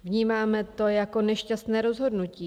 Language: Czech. Vnímáme to jako nešťastné rozhodnutí.